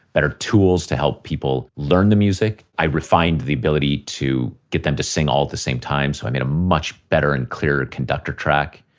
better tools to help people learn the music. i refined the ability to get them to sing all at the same time. so i made a much better and clearer conductor track.